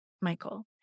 Michael